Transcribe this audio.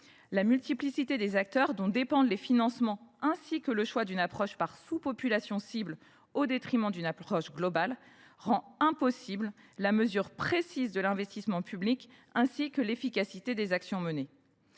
La multiplicité des acteurs dont dépendent les financements et le choix d’une approche par sous populations cibles au détriment d’une approche globale rend impossible la mesure précise de l’investissement public ainsi que l’efficacité des actions menées.